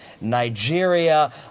Nigeria